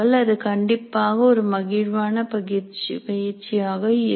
அது கண்டிப்பாக ஒரு மகிழ்வான பயிற்சியாக இருக்கும்